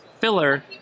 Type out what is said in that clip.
filler